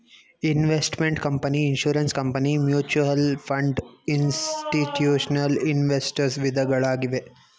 investment company, insurance company, mutual fund, institutional investors ವಿಧಗಳಾಗಿವೆ